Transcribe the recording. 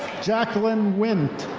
jacqueline wint.